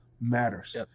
matters